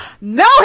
No